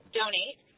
donate